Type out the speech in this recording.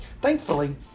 Thankfully